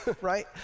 right